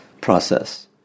process